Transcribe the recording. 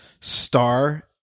star